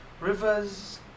rivers